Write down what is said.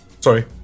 Sorry